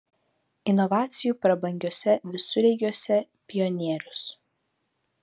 inovacijų prabangiuose visureigiuose pionierius